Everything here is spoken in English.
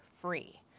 free